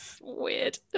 weird